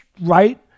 right